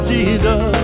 Jesus